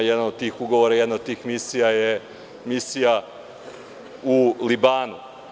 Jedan od tih ugovora, jedna od tih misija je misija u Libanu.